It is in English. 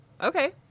Okay